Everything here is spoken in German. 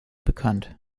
bekannt